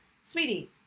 Sweetie